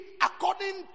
according